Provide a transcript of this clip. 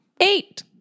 Eight